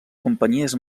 companyies